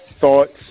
thoughts